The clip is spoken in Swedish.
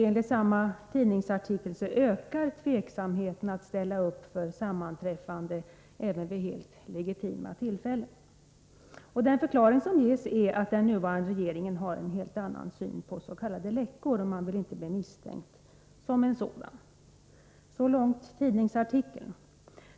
Enligt samma tidningsartikel ökar osäkerheten när det gäller att ställa upp för sammanträffanden, även i helt legitima sammanhang. Den förklaring som ges är att den nuvarande regeringen har en helt annan syn på s.k. läckor. Man vill inte bli misstänkt för sådana. Så långt tidningsartikeln.